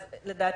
לדעתי,